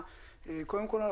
קודם כל,